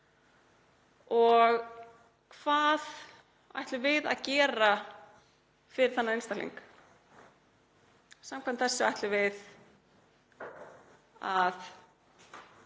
sig. Hvað ætlum við að gera fyrir þennan einstakling? Samkvæmt þessu ætlum við að